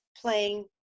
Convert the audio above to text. playing